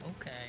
Okay